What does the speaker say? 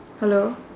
hello